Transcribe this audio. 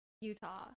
Utah